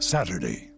Saturday